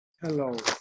Hello